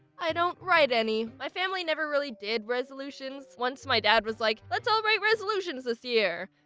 i don't write any. my family never really did resolutions once, my dad was like let's all write resolutions this year.